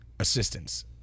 assistance